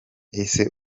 ese